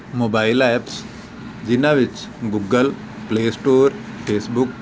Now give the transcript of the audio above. mobile apps ਜਿਹਨਾਂ ਵਿੱਚ Google play store Facebook